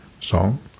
song